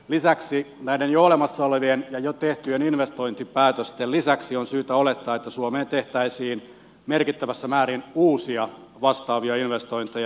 lisäksi näiden jo olemassa olevien ja jo tehtyjen investointipäätösten lisäksi on syytä olettaa että suomeen tehtäisiin merkittävässä määrin uusia vastaavia investointeja